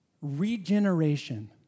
regeneration